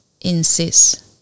insist